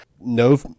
No